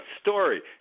story